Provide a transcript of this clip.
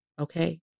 okay